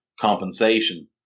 compensation